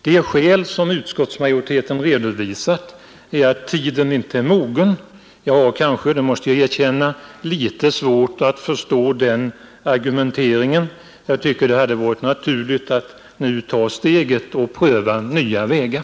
Det skäl som utskottsmajoriteten redovisat är att tiden inte är mogen för denna översyn. Jag har kanske — det måste jag erkänna — litet svårt att förstå den argumenteringen. Jag tycker det hade varit naturligt att nu ta steget och pröva nya vägar.